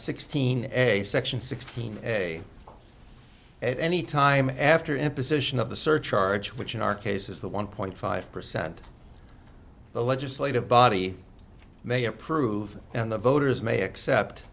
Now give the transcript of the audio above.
sixteen eggs section sixteen a at any time after imposition of the surcharge which in our case is the one point five percent the legislative body may approve and the voters may accept